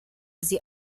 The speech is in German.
sie